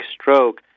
stroke